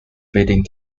feeding